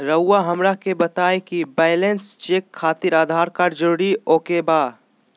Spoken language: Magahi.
रउआ हमरा के बताए कि बैलेंस चेक खातिर आधार कार्ड जरूर ओके बाय?